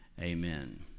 Amen